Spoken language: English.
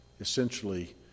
essentially